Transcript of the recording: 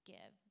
Give